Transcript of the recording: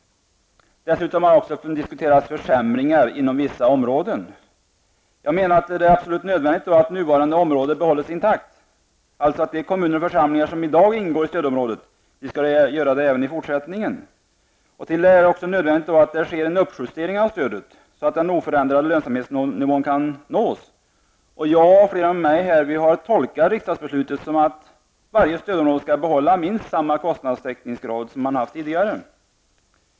Dessutom har man tydligen diskuterat försämringar inom vissa områden. Jag menar att det är absolut nödvändigt att det nuvarande området behålles intakt, dvs. att de kommuner och församlingar som i dag ingår i stödområdet kommer att göra det även i fortsättningen. Det är dessutom nödvändigt att det sker en uppjustering av stödet så att den oförändrade lönsamhetsnivån kan nås. Jag och fler med mig har tolkat riksdagsbeslutet som att varje stödområde skall behålla minst samma kostnadstäckningsgrad som man har haft tidigare.